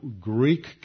Greek